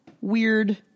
weird